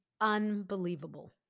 unbelievable